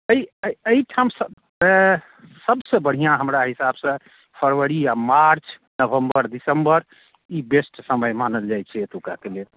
एहि एहिठाम सबसे बढ़िआँ हमरा हिसाबसँ फरवरी या मार्च नवंबर दिसंबर ई बेस्ट समय मानल जाइत छै एतुकाके लेल